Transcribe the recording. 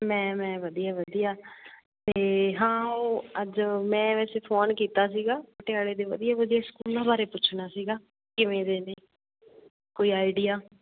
ਮੈਂ ਮੈਂ ਵਧੀਆ ਵਧੀਆ ਅਤੇ ਹਾਂ ਉਹ ਅੱਜ ਮੈਂ ਵੈਸੇ ਫੋਨ ਕੀਤਾ ਸੀਗਾ ਪਟਿਆਲੇ ਦੇ ਵਧੀਆ ਵਧੀਆ ਸਕੂਲਾਂ ਬਾਰੇ ਪੁੱਛਣਾ ਸੀਗਾ ਕਿਵੇਂ ਦੇ ਨੇ ਕੋਈ ਆਈਡੀਆ